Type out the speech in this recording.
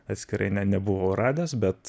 atskirai ne nebuvau radęs bet